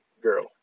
girl